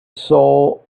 soul